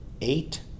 eight